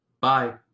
Bye